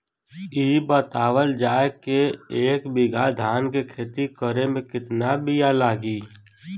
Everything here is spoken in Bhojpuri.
इ बतावल जाए के एक बिघा धान के खेती करेमे कितना बिया लागि?